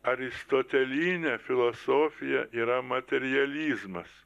aristotelinė filosofija yra materializmas